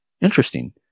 Interesting